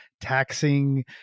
taxing